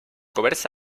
coberts